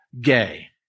gay